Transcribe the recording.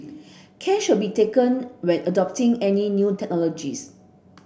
care should be taken when adopting any new technologies